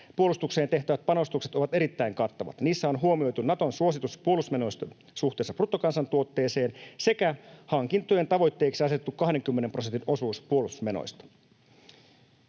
maanpuolustukseen tehtävät panostukset ovat erittäin kattavat. Niissä on huomioitu Naton suositus puolustusmenoista suhteessa bruttokansantuotteeseen sekä hankintojen tavoitteeksi asetettu 20 prosentin osuus puolustusmenoista.